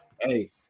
Hey